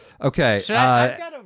Okay